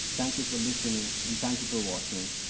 thank you for listening and thank you for watching.